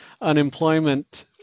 unemployment